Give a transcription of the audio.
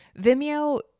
Vimeo